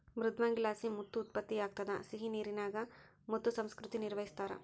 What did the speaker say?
ಮೃದ್ವಂಗಿಲಾಸಿ ಮುತ್ತು ಉತ್ಪತ್ತಿಯಾಗ್ತದ ಸಿಹಿನೀರಿನಾಗ ಮುತ್ತು ಸಂಸ್ಕೃತಿ ನಿರ್ವಹಿಸ್ತಾರ